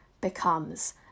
becomes